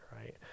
right